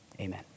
Amen